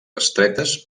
estretes